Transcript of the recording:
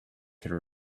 could